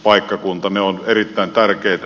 ne ovat erittäin tärkeitä